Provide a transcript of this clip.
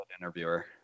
interviewer